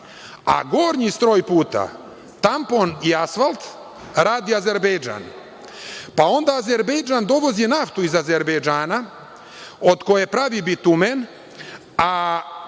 a gornji stroj puta tampon i asfalt radi Azerbejdžan. Pa, onda, Azerbejdžan dovozi naftu iz Azerbejdžana, od koje pravi bitumen,